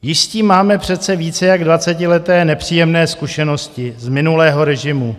Již s tím máme přece více jak dvacetileté nepříjemné zkušenosti z minulého režimu.